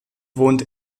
wohnt